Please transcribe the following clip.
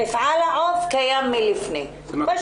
מפעל עוף עוז קיים עוד לפני כן.